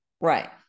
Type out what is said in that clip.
Right